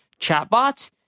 chatbots